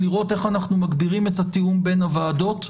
לראות איך אנחנו מגבירים את התיאום בין הוועדות.